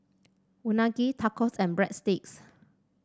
Unagi Tacos and Breadsticks